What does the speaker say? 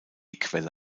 quelle